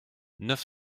neuf